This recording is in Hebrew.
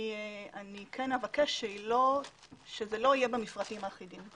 אני כן אבקש שזה לא יהיה במפרטים האחידים.